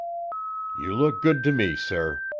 you look good to me, sir.